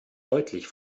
deutlich